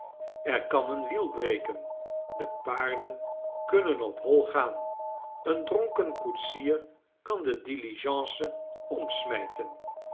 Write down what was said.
er kan een wiel breken de paarden kunnen op hoi gaan een dronken koetsier kan de diligence omsmijten